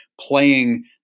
playing